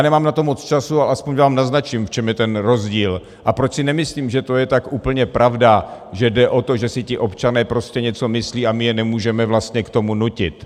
Nemám na to moc času, ale aspoň vám naznačím, v čem je ten rozdíl, a proč si nemyslím, že to je tak úplně pravda, že jde o to, že si ti občané prostě něco myslí a my je nemůžeme k tomu nutit.